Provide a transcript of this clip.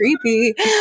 creepy